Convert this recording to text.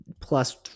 Plus